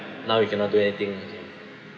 now we cannot do anything again